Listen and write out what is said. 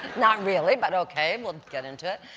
not really, but okay, we'll get into it.